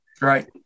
Right